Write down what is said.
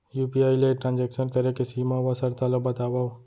UPI ले transaction करे के सीमा व शर्त ला बतावव?